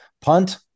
Punt